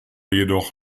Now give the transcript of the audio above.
jedoch